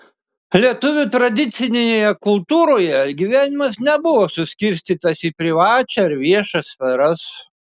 lietuvių tradicinėje kultūroje gyvenimas nebuvo suskirstytas į privačią ir viešą sferas